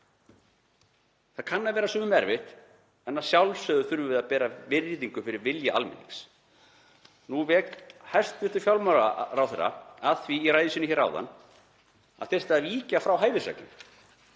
Það kann að vera sumum erfitt en að sjálfsögðu þurfum við að bera virðingu fyrir vilja almennings. Nú vék hæstv. fjármálaráðherra að því í ræðu sinni hér áðan að það þyrfti að víkja frá hæfisreglu.